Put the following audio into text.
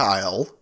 Kyle